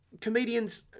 comedians